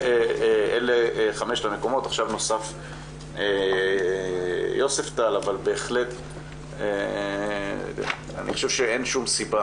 אלה חמשת המקומות ועכשיו נוסף יוספטל אבל בהחלט אני חושב שאין שום סיבה